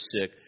sick